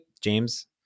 james